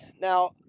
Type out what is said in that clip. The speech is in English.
Now